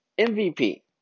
MVP